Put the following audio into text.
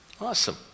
Awesome